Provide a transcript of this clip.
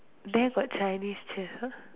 there got Chinese chess